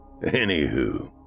Anywho